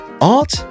Art